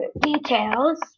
Details